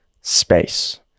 space